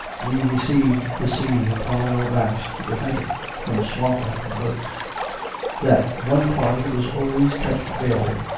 we received the sea upon our backs to prevent it from swamping the boat that one party was always kept baling,